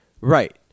Right